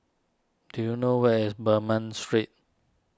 do you know where is Bernam Street